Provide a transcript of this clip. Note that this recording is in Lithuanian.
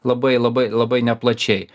labai labai labai neplačiai